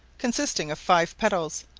consisting of five petals,